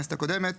בכנסת הקודמת